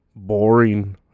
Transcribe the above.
boring